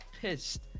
pissed